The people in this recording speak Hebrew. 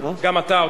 גם אתה,